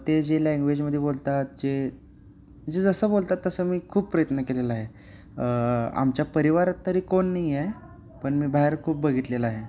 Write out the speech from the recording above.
ते जे लँग्वेजमध्ये बोलतात जे जे जसं बोलतात तसं मी खूप प्रयत्न केलेला आहे आमच्या परिवारात तरी कोण नाही आहे पण मी बाहेर खूप बघितलेलं आहे